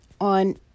on